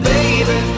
Baby